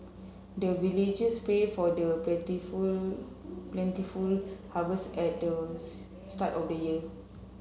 the villagers pray for the plentiful plentiful harvest at the start of the year